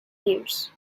years